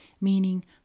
Meaning